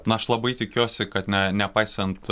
na aš labai tikiuosi kad ne nepaisant